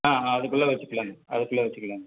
ஆ ஆ அதுக்குள்ளே வெச்சுக்கலாங்க அதுக்குள்ளே வெச்சுக்கலாங்க